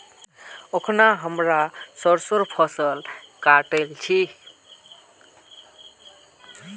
अखना हमरा सरसोंर फसल काटील छि